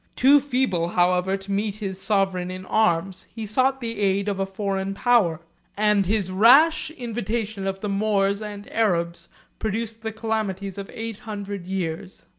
too feeble, however, to meet his sovereign in arms, he sought the aid of a foreign power and his rash invitation of the moors and arabs produced the calamities of eight hundred years.